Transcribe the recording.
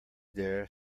there